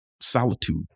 solitude